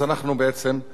אז אנחנו בעצם,